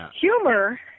humor